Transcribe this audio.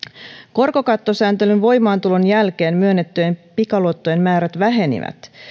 korkokattosääntelyn voimaantulon jälkeen myönnettyjen pikaluottojen määrät vähenivät